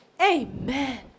Amen